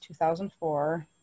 2004